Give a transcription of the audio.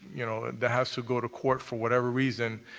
you know, that has to go to court for whatever reason,